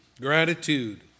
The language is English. gratitude